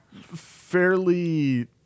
fairly